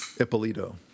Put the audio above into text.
Ippolito